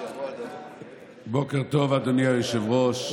בוקר טוב, אדוני היושב-ראש.